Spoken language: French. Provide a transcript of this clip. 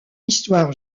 histoire